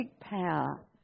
power